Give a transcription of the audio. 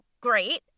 great